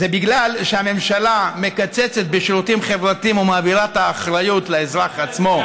זה בגלל שהממשלה מקצצת בשירותים חברתיים ומעבירה את האחריות לאזרח עצמו.